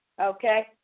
Okay